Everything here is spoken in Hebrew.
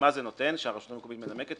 מה זה נותן שהרשות המקומית מנמקת?